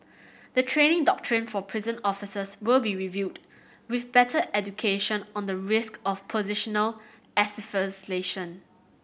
the training doctrine for prison officers will be reviewed with better education on the risk of positional asphyxiation